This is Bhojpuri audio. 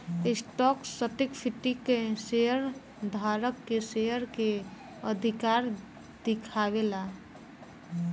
स्टॉक सर्टिफिकेट शेयर धारक के शेयर के अधिकार दिखावे ला